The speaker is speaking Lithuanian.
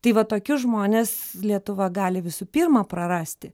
tai va tokius žmones lietuva gali visų pirma prarasti